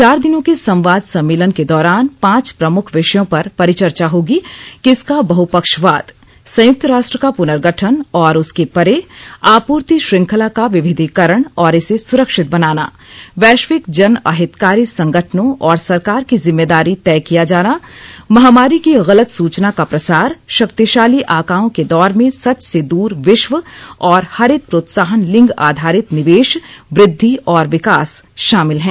चार दिनों के संवाद सम्मेलन के दौरान पांच प्रमुख विषयों पर परिचर्चा होगी किसका बहपक्षवाद संयुक्त राष्ट्र का पुनर्गठन और उसके परे आपूर्ति श्रंखला का विविधीकरण और इसे सुरक्षित बनाना वैश्विक जन अहितकारी संगठनों और सरकार की जिम्मेदारी तय किया जाना महामारी की गलत सुचना का प्रसार शक्तिशाली आकाओं के दौर में सच से दुर विश्व और हरित प्रोत्साहन लिंग आधारित निवेश वद्वि और विकास शामिल हैं